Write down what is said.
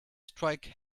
strike